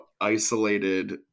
isolated